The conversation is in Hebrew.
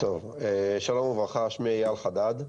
שלום וברכה, שמי אייל חדד.